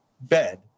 bed